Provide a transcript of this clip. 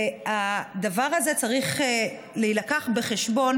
הדבר הזה צריך להילקח בחשבון.